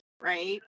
right